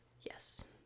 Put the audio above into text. Yes